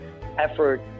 effort